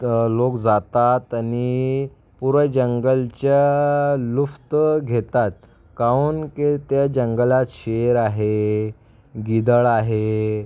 तर लोक जातात आणि पुरा जंगलच्या लुफ्त घेतात काऊन की त्या जंगलात शेर आहे गिधाड आहे